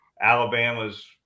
alabama's